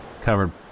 covered